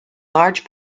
large